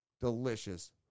Delicious